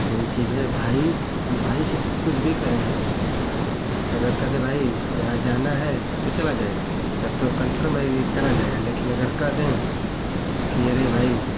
यही चीज है भाई भाई से तो कुछ भी कहें हम अगर कह दें भाई यहाँ जाना है तो चला जाएगा तब तो कनफर्म है कि चला जाएगा लेकिन अगर कह दें कि अरे भाई